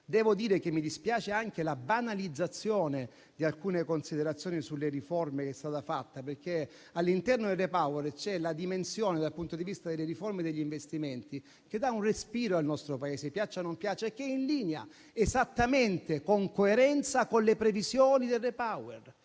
Devo dire che mi dispiace anche la banalizzazione di alcune considerazioni sulle riforme che è stata fatta, perché all'interno del REPowerEU c'è la dimensione, dal punto di vista delle riforme e degli investimenti, che dà un respiro al nostro Paese, piaccia o non piaccia, e che è in linea, esattamente e con coerenza, con le previsioni del REPowerEU.